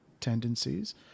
tendencies